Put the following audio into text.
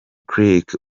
clichy